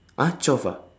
!huh! twelve ah